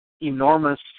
enormous